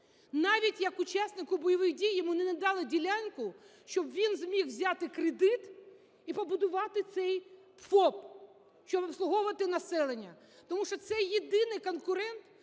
Навіть як учаснику бойових дій йому не надали ділянку, щоб він зміг взяти кредит і побудувати цей ФОП, щоб обслуговувати населення. Тому що це єдиний конкурент